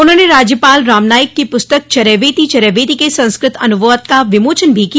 उन्होंने राज्यपाल राम नाइक की पुस्तक चरैवेति चरैवेति के संस्कृत अनुवाद का विमोचन भी किया